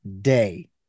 day